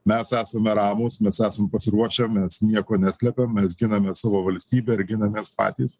mes esame ramūs mes esam pasiruošę mes nieko neslepiam mes giname savo valstybę ir ginamės patys